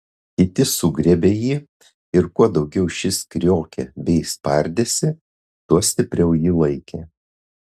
kiti sugriebė jį ir kuo daugiau šis kriokė bei spardėsi tuo stipriau jį laikė